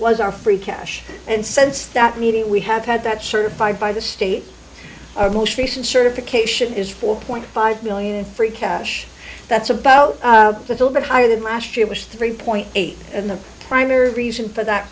was our free cash and sense that meeting we have had that certified by the state our most recent certification is four point five million free cash that's about a little bit higher than last year was three point eight and the primary reason for that